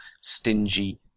stingy